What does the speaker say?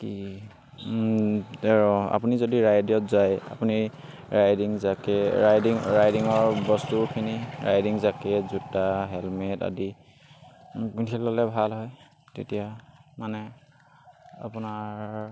কি আৰু আপুনি যদি ৰাইডত যায় আপুনি ৰাইডিং জাকে ৰাইডিং ৰাইডিঙৰ বস্তুখিনি ৰাইডিং জাকেট জোতা হেলমেট আদি পিন্ধি ল'লে ভাল হয় তেতিয়া মানে আপোনাৰ